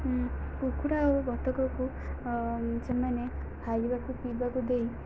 କୁକୁଡ଼ା ଓ ବତକକୁ ସେମାନେ ଖାଇବାକୁ ପିଇବାକୁ ଦେଇ